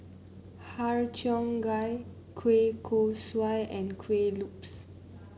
Har Cheong Gai Kueh Kosui and Kuih Lopes